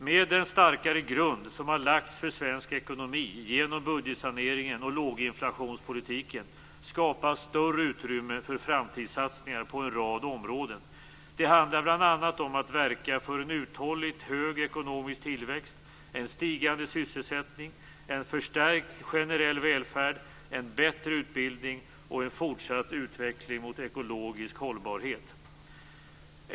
Med den starkare grund som har lagts för svensk ekonomi genom budgetsaneringen och låginflationspolitiken skapas större utrymme för framtidssatsningar på en rad områden. Det handlar bl.a. om att verka för en uthålligt hög ekonomisk tillväxt, en stigande sysselsättning, en förstärkt generell välfärd, en bättre utbildning och en fortsatt utveckling mot ekologisk hållbarhet.